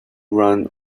run